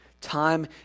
Time